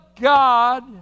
God